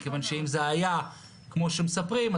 מכיוון שאם זה היה כמו שמספרים,